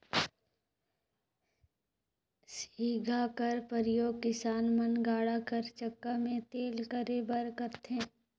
सिगहा कर परियोग किसान मन गाड़ा कर चक्का मे तेल करे बर करथे